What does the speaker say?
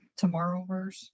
Tomorrowverse